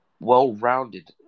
well-rounded